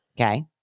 Okay